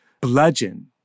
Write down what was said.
bludgeon